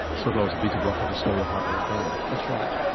sotalol is a beta-blocker to slow your heart rate down. that's right.